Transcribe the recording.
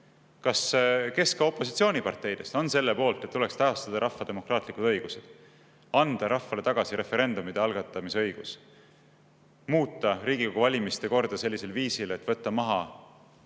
Kes opositsiooniparteidest on selle poolt, et tuleks taastada rahva demokraatlikud õigused, anda rahvale tagasi referendumite algatamise õigus ja muuta Riigikogu valimiste korda sellisel viisil, et võtta maha